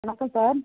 வணக்கம் சார்